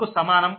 కు సమానం అని